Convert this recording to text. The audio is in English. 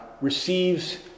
receives